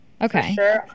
Okay